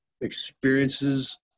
experiences